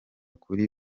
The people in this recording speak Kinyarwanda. kuri